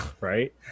right